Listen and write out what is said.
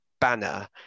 banner